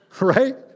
Right